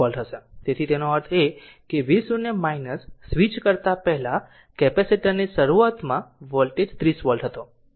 તેનો અર્થ એ કે v0 સ્વિચ કરતા પહેલા કેપેસિટર ની શરૂઆતમાં વોલ્ટેજ 30 વોલ્ટ હતી હવે સ્વીચ ક્લોઝ છે